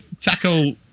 tackle